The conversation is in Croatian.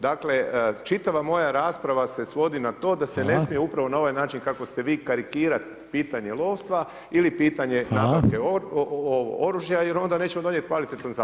Dakle, čitava moja rasprava se svodi na to, da se ne smije upravo na ovaj način, kako ste vi karikirat pitanje lovstva, ili pitanje kakav je oružaj, jer onda nećemo donijeti kvalitetan zakon.